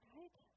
Right